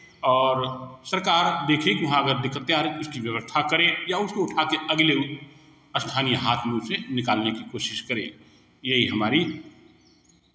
और सरकार देखें की वहाँ अगर दिक्कतें आ रही हैं तो उसकी व्यवस्था करें या उसको उठा के अगले स्थानीय हाट में उसे निकालने की कोशिश करे यही हमारी